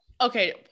Okay